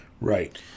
right